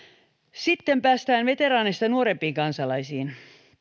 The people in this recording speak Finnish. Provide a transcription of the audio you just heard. sitten päästään veteraaneista nuorempiin kansalaisiin